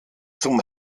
zum